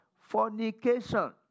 Fornication